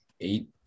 eight